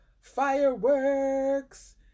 fireworks